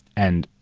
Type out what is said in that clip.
and,